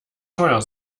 teuer